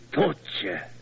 torture